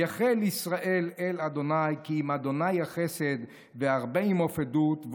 יחל ישראל אל ה' כי עם ה' החסד והרבה עמו פדות.